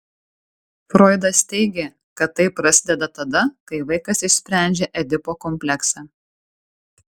froidas teigė kad tai prasideda tada kai vaikas išsprendžia edipo kompleksą